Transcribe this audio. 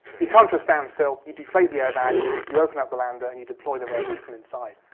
you come to a standstill, you deflate the airbags, you open up the lander and you deploy the rover from inside.